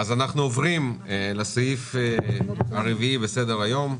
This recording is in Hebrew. אנחנו עוברים לסעיף הרביעי על סדר היום: